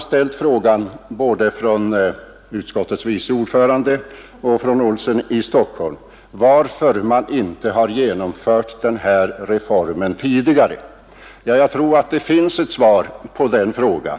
Såväl utskottets vice ordförande som herr Olsson i Stockholm har ställt frågan varför en sänkning av pensionsåldern inte tidigare genomförts. Jag tror att det finns ett svar på den frågan.